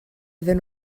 iddyn